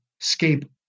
escape